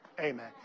Amen